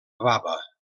baba